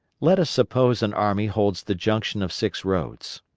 let us suppose an army holds the junction of six roads.